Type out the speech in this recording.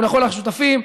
ולכל השותפים,